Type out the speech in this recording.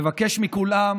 מבקש מכולם,